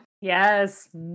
Yes